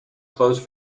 closed